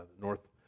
North